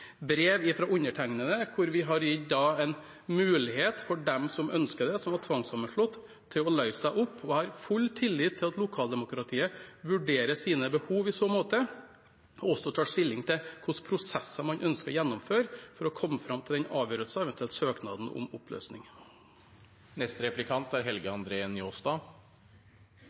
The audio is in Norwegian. brev fra undertegnede hvor vi har gitt en mulighet for dem som ønsker det, blant dem som var tvangssammenslått, til å løse seg opp. Jeg har full tillit til at lokaldemokratiet vurderer sine behov i så måte og også tar stilling til hvilke prosesser man ønsker å gjennomføre for å komme fram til avgjørelsen, og eventuelt søknaden, om oppløsning.